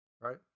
right